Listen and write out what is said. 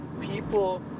people